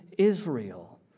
Israel